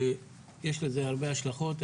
יש לזה הרבה השלכות.